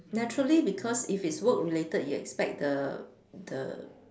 naturally because if it's work related you'd expect the the